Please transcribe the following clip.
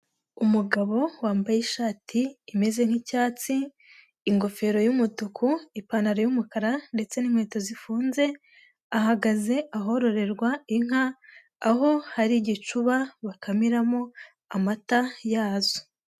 Umugabo wambaye ishati imeze nk'icyatsi, ingofero y'umutuku, ipantaro y'umukara ndetse n'inkweto zifunze, ahagaze ahororerwa inka aho hari igicuba bakamiramo amata yazo.